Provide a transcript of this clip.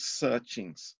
searchings